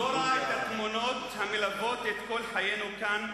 "ולא ראה את התמונות המלוות את כל חיינו כאן,